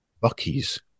Bucky's